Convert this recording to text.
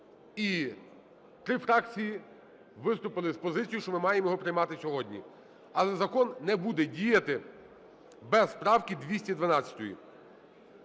і три фракції виступили з позицією, що ми маємо його приймати сьогодні. Але закон не буде діяти без правки 212.